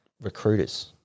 recruiters